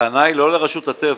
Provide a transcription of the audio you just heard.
הטענה היא לא לרשות הטבע.